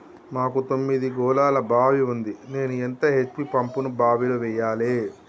మాకు తొమ్మిది గోళాల బావి ఉంది నేను ఎంత హెచ్.పి పంపును బావిలో వెయ్యాలే?